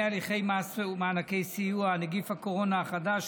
הליכי מס ומענקי סיוע (נגיף הקורונה החדש,